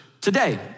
today